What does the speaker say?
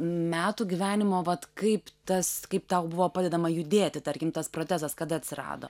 metų gyvenimo vat kaip tas kaip tau buvo padedama judėti tarkim tas protezas kada atsirado